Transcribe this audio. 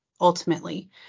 ultimately